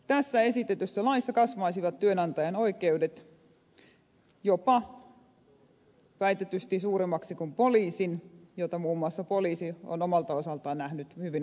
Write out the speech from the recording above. tässä esitetyssä laissa kasvaisivat työnantajan oikeudet väitetysti jopa suuremmiksi kuin poliisin minkä muun muassa poliisi on omalta osaltaan nähnyt hyvin ongelmallisena